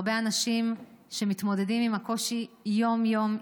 הרבה אנשים שמתמודדים עם הקושי יום-יום,